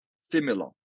similar